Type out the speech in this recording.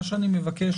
מה שאני מבקש,